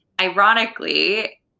Ironically